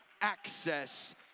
access